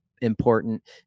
important